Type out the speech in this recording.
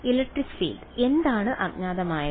electric field എന്താണ് അജ്ഞാതമായത്